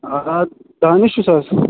آ دانِش چھُس حظ